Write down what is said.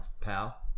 pal